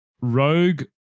Rogue